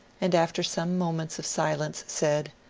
and after some mo ments of silence said,